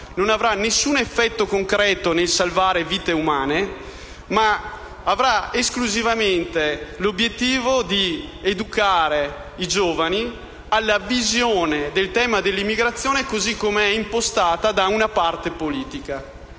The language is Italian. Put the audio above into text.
Non avrà alcun effetto concreto nel salvare vite umane, ma avrà esclusivamente l'obiettivo di educare i giovani ad una visione del tema dell'immigrazione così come impostata da una parte politica.